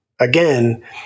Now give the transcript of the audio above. again